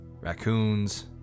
raccoons